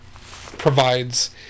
provides